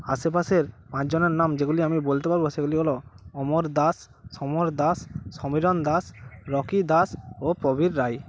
আশেপাশের পাঁচজনের নাম যেগুলি আমি বলতে পারব সেগুলি হল অমর দাস সমর দাস সমীরণ দাস রকি দাস ও প্রবীর রায়